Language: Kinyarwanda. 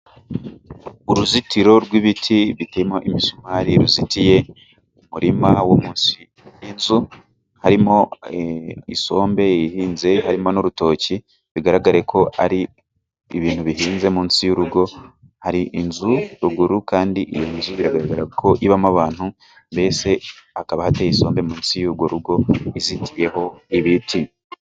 Uruzitiro rw'ibiti biteyemo imisumari ruzitiye ku muririma wo munsi y'inzu. Harimo isombe ihinze harimo n'urutoki bigaragara ko ari ibintu bihinze munsi y'urugo. Hari inzu ruguru kandi iyo nzu biragaragara ko ibamo abantu. Mbese hakaba hateye isombe munsi y'urwo rugo izitiyeho ibiti.